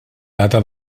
data